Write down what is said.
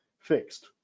fixed